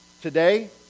Today